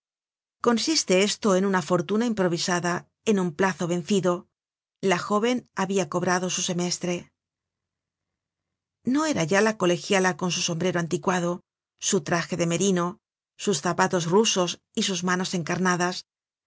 consiste esto en unafprtuna improvisada en un plazo vencido la jóven habia cobrado su semestre no era ya la colegiala con su sombrero anticuado su traje de merino sus zapatos rusos y sus manos encarnadas